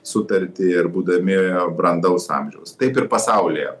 sutartį ir būdami brandaus amžiaus taip ir pasaulyje